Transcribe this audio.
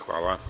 Hvala.